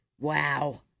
Wow